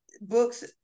books